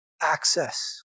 access